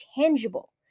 tangible